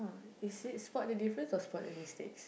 is it spot the difference or spot the mistakes